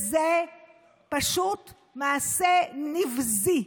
זה פשוט מעשה נבזי.